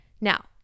Now